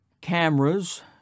cameras